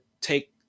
take